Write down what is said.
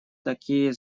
такие